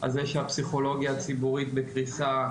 על זה שהפסיכולוגיה הציבורית בקריסה,